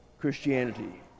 christianity